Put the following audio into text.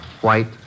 white